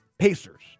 Pacers